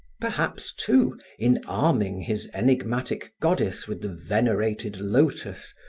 perhaps, too, in arming his enigmatic goddess with the venerated lotus,